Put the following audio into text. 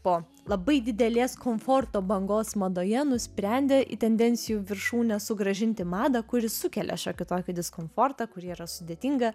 po labai didelės komforto bangos madoje nusprendė į tendencijų viršūnę sugrąžinti madą kuri sukelia šiokį tokį diskomfortą kuri yra sudėtinga